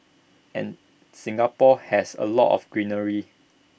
and Singapore has A lot of greenery